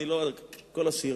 אני לא אקרא את כל השיר,